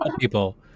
people